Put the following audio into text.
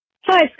Hi